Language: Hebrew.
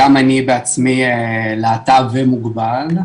גם אני בעצמי להט"ב ומוגבל,